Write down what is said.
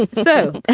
so